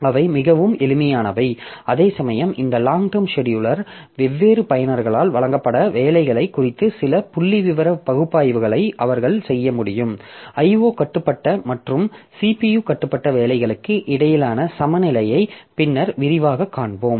அவை மிகவும் எளிமையானவை அதேசமயம் இந்த லாங் டெர்ம் செடியூலர் வெவ்வேறு பயனர்களால் வழங்கப்பட்ட வேலைகள் குறித்த சில புள்ளிவிவர பகுப்பாய்வுகளை அவர்கள் செய்ய முடியும் IO கட்டுப்பட்ட மற்றும் CPU கட்டுப்பட்ட வேலைகளுக்கு இடையிலான சமநிலையை பின்னர் விரிவாகக் காண்போம்